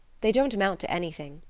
they don't amount to anything.